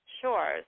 Sure